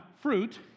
fruit